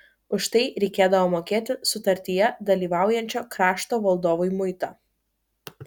už tai reikėdavo mokėti sutartyje dalyvaujančio krašto valdovui muitą